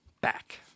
back